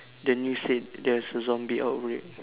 the news said there's a zombie outbreak